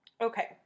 Okay